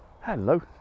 hello